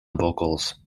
vocals